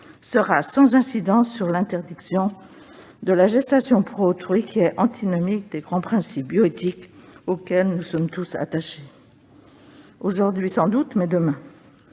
sera sans incidence sur l'interdiction de la gestation pour autrui, qui est antinomique des grands principes bioéthiques auxquels nous sommes tous attachés. » Aujourd'hui, sans doute. Mais demain